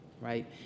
right